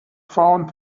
found